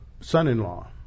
son-in-law